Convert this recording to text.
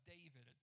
David